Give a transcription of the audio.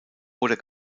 oder